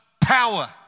power